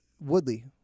Woodley